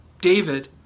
David